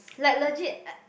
like legit